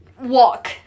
walk